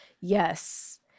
Yes